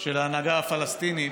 של ההנהגה הפלסטינית,